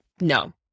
No